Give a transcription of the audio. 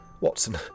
Watson